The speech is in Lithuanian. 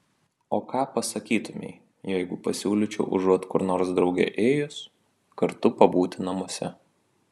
o ką pasakytumei jeigu pasiūlyčiau užuot kur nors drauge ėjus kartu pabūti namuose